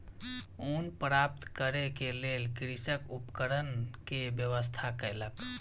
ऊन प्राप्त करै के लेल कृषक उपकरण के व्यवस्था कयलक